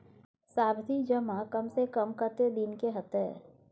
सावधि जमा कम से कम कत्ते दिन के हते?